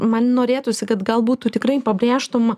man norėtųsi kad galbūt tu tikrai pabrėžtum